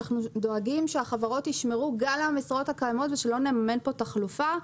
אנחנו דואגים שהחברות ישמרו גם על המשרות הקיימות ושלא נממן פה תחלופה.